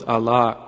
Allah